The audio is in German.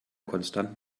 konstanten